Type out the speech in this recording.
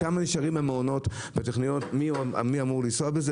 כמה נשארים במעונות בטכניון ומי אמור לנסוע בזה?